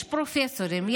יש פרופסורים,